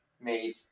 made